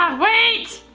ah wait.